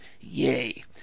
Yay